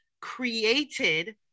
created